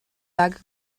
bug